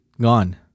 gone